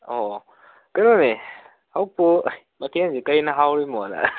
ꯑꯣ ꯀꯩꯅꯣꯅꯦ ꯍꯧꯖꯤꯛꯄꯨ ꯃꯊꯦꯟꯁꯤ ꯀꯔꯤꯅ ꯍꯥꯎꯔꯤꯃꯣꯅ